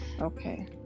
okay